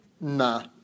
Nah